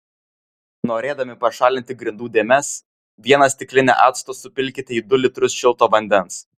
norėdami pašalinti grindų dėmes vieną stiklinę acto supilkite į du litrus šilto vandens